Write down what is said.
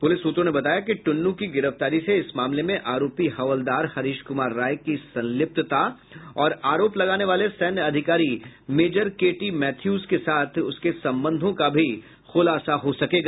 police सूत्रों ने बताया कि टुन्नू की गिरफ्तारी से इस मामले में आरोपी हवलदार हरीश कुमार राय की संलिप्तता और आरोप लगाने वाले सैन्य अधिकारी मेजर के टी मैथ्यूज के साथ उसके संबंधों का भी खूलासा हो सकेगा